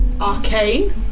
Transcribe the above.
arcane